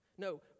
No